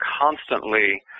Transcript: constantly